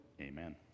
amen